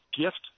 gift